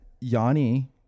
Yanni